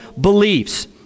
beliefs